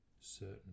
certain